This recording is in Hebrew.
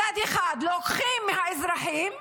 מצד אחד לוקחים מהאזרחים,